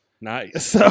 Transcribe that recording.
Nice